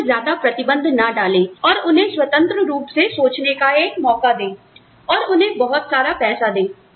आप उन पर ज्यादा प्रतिबंध ना डालें और उन्हें स्वतंत्र रूप से सोचने का एक मौका दें और उन्हें बहुत सारा पैसा दे